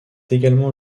également